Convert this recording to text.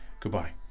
goodbye